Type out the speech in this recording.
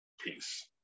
Peace